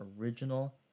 original